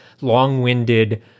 long-winded